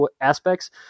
aspects